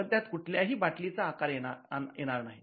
पण त्यात कुठल्याही बाटलीचा आकार येणार नाही